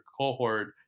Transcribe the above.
cohort